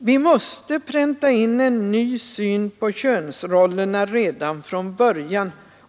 Vi måste pränta in en ny syn på könsrollerna redan från början.